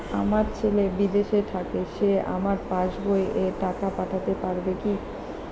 আমার ছেলে বিদেশে থাকে সে আমার পাসবই এ টাকা পাঠাতে পারবে কি?